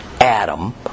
Adam